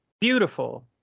beautiful